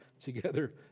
together